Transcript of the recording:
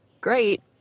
great